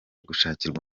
gushakirwa